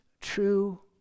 True